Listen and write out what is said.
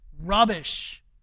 Rubbish